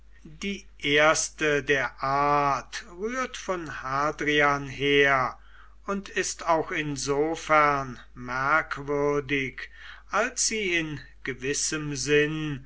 die erste der art rührt von hadrian her und ist auch insofern merkwürdig als sie in gewissem sinn